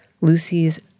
Lucy's